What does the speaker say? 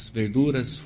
verduras